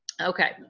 Okay